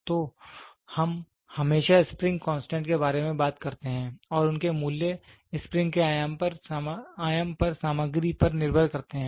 तो हम हमेशा स्प्रिंग कांस्टेंट के बारे में बात करते हैं और उनके मूल्य स्प्रिंग के आयाम पर सामग्री पर निर्भर करते हैं